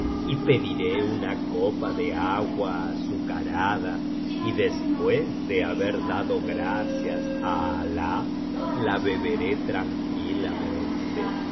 y pediré una copa de agua azucarada y después de haber dado gracias á alah la beberé tranquilamente